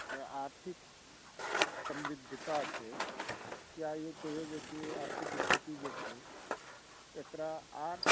आर्थिक समृद्धता छै या ई कहियौ जेकि आर्थिक स्थिति जे छै एकरा आर